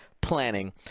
planning